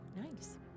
nice